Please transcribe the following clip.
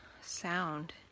sound